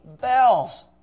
bells